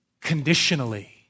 Conditionally